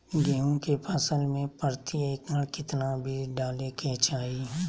गेहूं के फसल में प्रति एकड़ कितना बीज डाले के चाहि?